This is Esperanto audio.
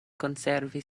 konservi